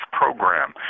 program